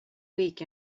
week